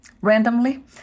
randomly